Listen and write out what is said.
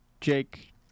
Jake